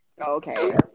okay